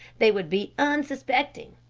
they would be unsuspecting.